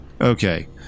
okay